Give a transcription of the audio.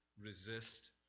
Resist